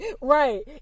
right